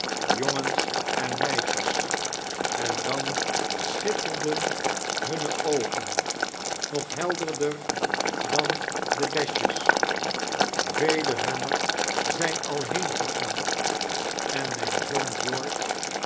jongens en meisjes en dan schitterden hunne oogen nog helderkekst vert ellingbn der dan de besjes velen hunner zijn ai heengegaaai en mijn zoon